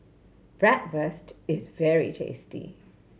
bratwurst is very tasty